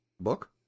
book